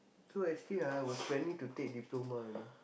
so actually ah I was planning to take diploma you know